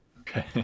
okay